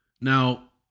Now